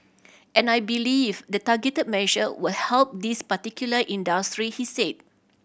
and I believe the targeted measure will help these particular industry he said